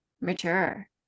mature